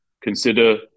Consider